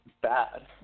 bad